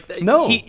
No